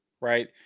right